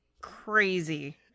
crazy